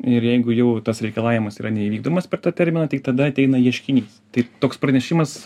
ir jeigu jau tas reikalavimas yra neįvykdomas per tą terminą tik tada ateina ieškinys tai toks pranešimas